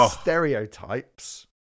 Stereotypes